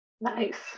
Nice